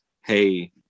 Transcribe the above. hey